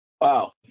wow